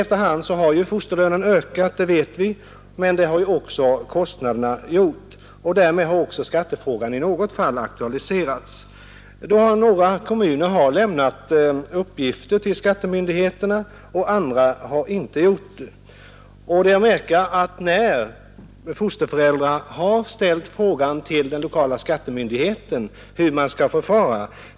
Efter hand har fosterlönen ökat, men så har ju också varit fallet med kostnaderna. Därmed har också skattefrågan i något fall aktualiserats. Några kommuner har lämnat uppgifter till skattemyndigheterna medan andra inte har gjort det. Det är att märka att inga klara besked har lämnats när fosterföräldrar har ställt frågan till den lokala skattemyndigheten hur man skall förfara.